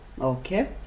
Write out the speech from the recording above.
Okay